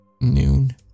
noon